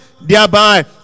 thereby